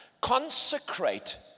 consecrate